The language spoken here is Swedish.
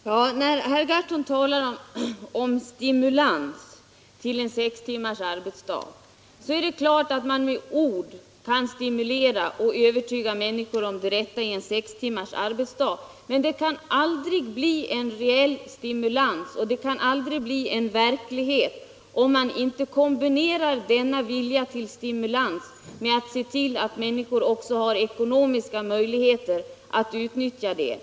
Herr talman! Herr Gahrton talar om stimulans till sex timmars arbetsdag. Det är klart att man kan stimulera med ord och övertala människor att det är riktigt med sex timmars arbetsdag, men det kan aldrig bli en reell stimulans eller en verklighet, om inte viljan till stimulans kombineras med att man ser till att människorna får ekonomiska möjligheter att utnyttja den rätten.